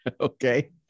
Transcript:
Okay